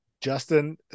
Justin